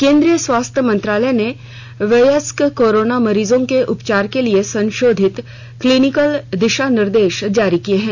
केन्द्रीय स्वास्थ्य मंत्रालय ने वयस्क कोराना मरीजों के उपचार के लिए संशोधित क्लीनिकल दिशा निर्देश जारी किए हैं